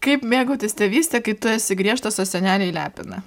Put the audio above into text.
kaip mėgautis tėvyste kai tu esi griežtas o seneliai lepina